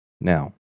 Now